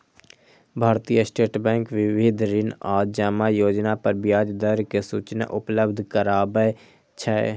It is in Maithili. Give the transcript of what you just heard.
भारतीय स्टेट बैंक विविध ऋण आ जमा योजना पर ब्याज दर के सूचना उपलब्ध कराबै छै